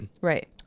right